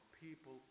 people